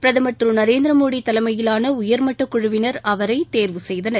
பிரதமர் திரு நரேந்திர மோடி தலைமயிலான உயர்மட்டக்குழுவினர் அவரை தேர்வு செய்தனர்